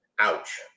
Ouch